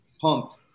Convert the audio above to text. pumped